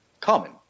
common